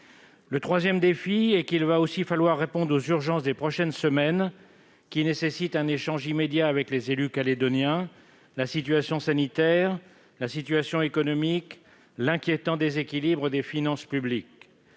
Le troisième défi est qu'il faudra aussi répondre aux urgences des prochaines semaines, qui nécessitent un échange immédiat avec les élus calédoniens : la situation sanitaire, la situation économique, l'inquiétant déséquilibre des finances publiques.